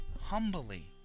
humbly